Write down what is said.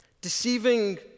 Deceiving